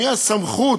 מי הסמכות,